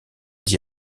d’y